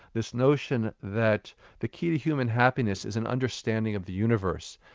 this notion that the key to human happiness is an understanding of the universe,